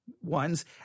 ones